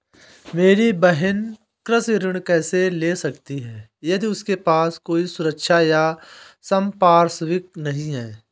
मेरी बहिन कृषि ऋण कैसे ले सकती है यदि उसके पास कोई सुरक्षा या संपार्श्विक नहीं है?